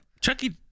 Chucky